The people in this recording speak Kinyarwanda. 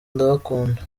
ndabakunda